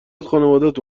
خانوادت